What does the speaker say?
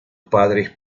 padres